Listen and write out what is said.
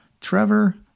Trevor